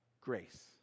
grace